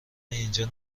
اینجا